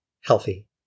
healthy